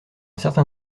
certain